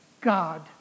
God